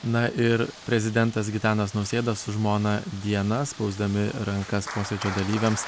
na ir prezidentas gitanas nausėda su žmona diana spausdami rankas posėdžio dalyviams